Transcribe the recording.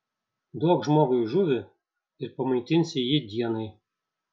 duok žmogui žuvį ir pamaitinsi jį dienai